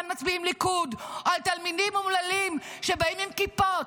מצביעים ליכוד או תלמידים אומללים שבאים עם כיפות.